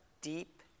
deep